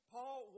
Paul